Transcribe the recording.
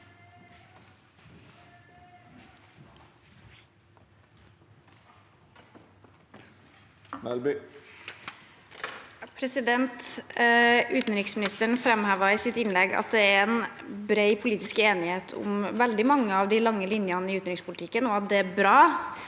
Utenriksministeren framhevet i sitt innlegg at det er en bred politisk enighet om veldig mange av de lange linjene i utenrikspolitikken, og at det er bra.